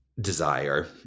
desire